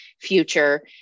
future